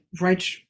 right